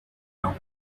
now